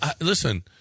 Listen